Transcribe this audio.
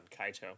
Kaito